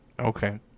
okay